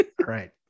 right